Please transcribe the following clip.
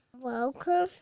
Welcome